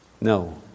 No